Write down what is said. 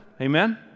amen